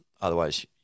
Otherwise